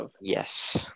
Yes